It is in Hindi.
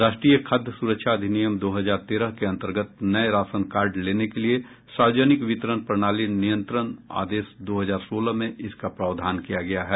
राष्ट्रीय खाद्य सुरक्षा अधिनियम दो हजार तेरह के अन्तर्गत नये राशन कार्ड लेने के लिए सार्वजनिक वितरण प्रणाली नियंत्रण आदेश दो हजार सोलह में इसका प्रावधान किया गया है